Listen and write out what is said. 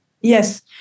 Yes